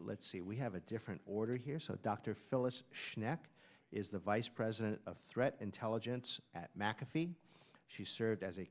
let's see we have a different order here so dr phyllis schneck is the vice president of threat intelligence at mcafee she served as a